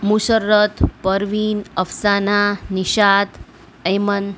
Musharrat Parveen Afsana Nishad Ahmed